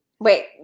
Wait